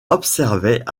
observaient